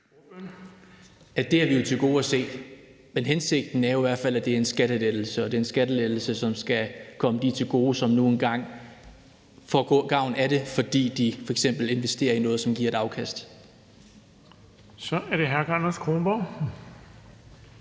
Det har vi jo til gode at se, men hensigten er i hvert fald, at det er en skattelettelse, og at det er en skattelettelse, som skal komme dem til gode, som nu engang får god gavn af det, fordi de f.eks. investerer i noget, som giver et afkast. Kl. 17:32 Den fg.